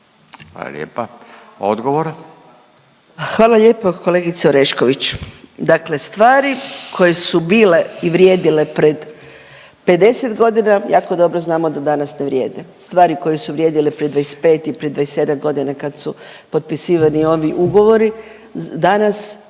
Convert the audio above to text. Anka (GLAS)** Hvala lijepo kolegice Orešković. Dakle stvari koje su bile i vrijedile pred 50 godina, jako dobro znamo da danas ne vrijede. Stvari koje su vrijedile prije 25 i pred 27 godina kad su potpisivani ovi ugovori, danas